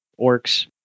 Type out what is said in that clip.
orcs